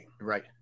Right